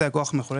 כאמור,